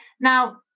Now